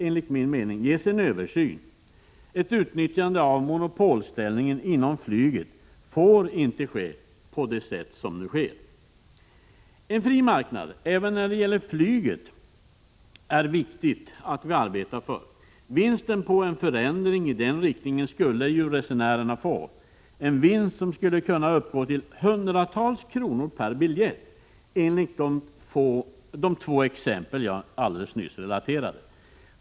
Enligt min mening behövs det en översyn av prissättningen. Ett utnyttjande av monopolställningen inom flyget får inte ske så som nu är fallet. Det är viktigt att vi arbetar för en fri marknad även när det gäller flyget. Vinsten av en förändring i den riktningen skulle resenärerna få — en vinst som skulle kunna uppgå till hundratals kronor per biljett i de två exempel jag anfört.